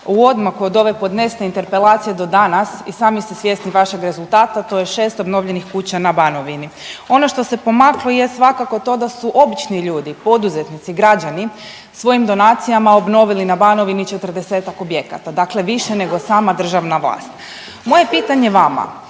odmaku od ove podnesene Interpelacije do danas i sami ste svjesni vašeg rezultata, to je 6 obnovljenih kuća na Banovini. Ono što se pomaklo jest svakako to da su obični ljudi, poduzetnici, građani, svojim donacijama obnovili na Banovini 40-ak objekata, dakle više nego sama državna vlast. Moje pitanje vama,